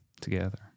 together